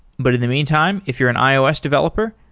but in the meantime if you're an ios developer,